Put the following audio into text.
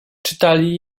czytali